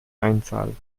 einzahlt